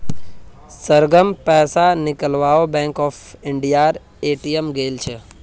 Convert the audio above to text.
सरगम पैसा निकलवा बैंक ऑफ इंडियार ए.टी.एम गेल छ